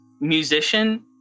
Musician